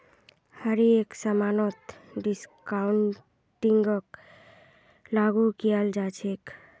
हर एक समानत डिस्काउंटिंगक लागू कियाल जा छ